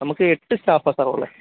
നമ്മള്ക്ക് എട്ട് സ്റ്റാഫാണ് സാർ ഉള്ളത്